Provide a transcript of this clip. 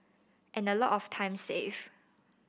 and a lot of time saved